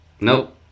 Nope